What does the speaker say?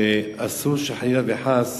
אסור שחלילה וחס